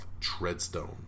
Treadstone